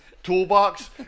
Toolbox